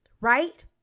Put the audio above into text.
right